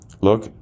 Look